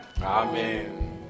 Amen